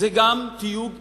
גם זה תיוג אתני,